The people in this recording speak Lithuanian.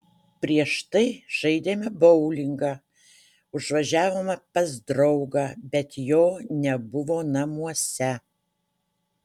prieš tai žaidėme boulingą užvažiavome pas draugą bet jo nebuvo namuose